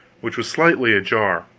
which was slightly ajar.